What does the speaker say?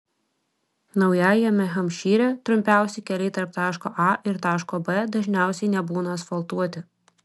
naujajame hampšyre trumpiausi keliai tarp taško a ir taško b dažniausiai nebūna asfaltuoti